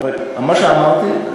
מה שאמרתי,